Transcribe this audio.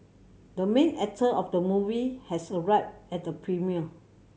the main actor of the movie has arrived at the premiere